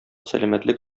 сәламәтлек